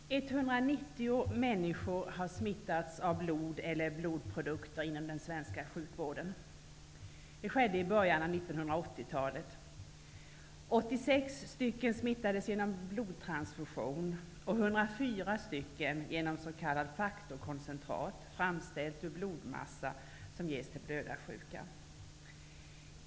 Herr talman! 190 människor har smittats av blod eller blodprodukter inom den svenska sjukvården. Det skedde i början av 1980-talet. 86 stycken smittades genom blodtransfusion och 104 stycken genom s.k. faktorkoncentrat framställt ur blodplasma som ges till blödarsjuka.